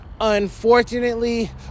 Unfortunately